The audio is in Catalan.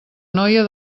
noia